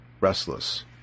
restless